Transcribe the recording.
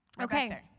okay